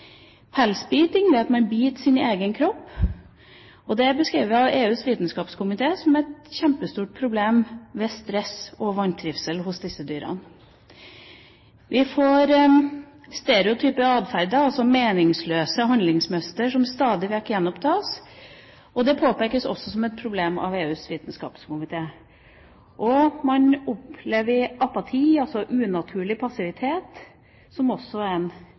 Pelsbiting, det at man biter sin egen kropp, er beskrevet av EUs vitenskapskomité som et kjempestort problem ved stress og vantrivsel hos disse dyrene. Vi får stereotyp atferd, meningsløse handlingsmønstre som stadig vekk gjentas. Det påpekes også som et problem av EUs vitenskapskomité. Man opplever apati, altså unaturlig passivitet, som også kan være en